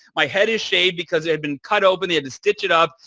my head is shaved because it had been cut open. they had to stitch it up.